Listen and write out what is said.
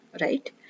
right